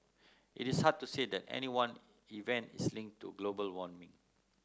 it is hard to say that any one event is linked to global warming